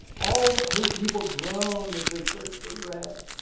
all her people groan as they search for bread.